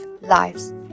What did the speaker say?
lives